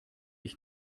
ich